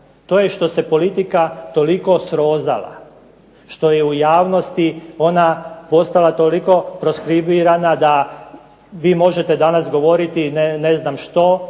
To je što se politika toliko srozala, što je u javnosti postala ona toliko ... da vi možete danas govoriti ne znam što,